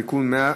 (תיקון מס'